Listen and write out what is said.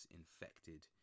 infected